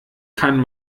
kann